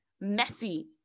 messy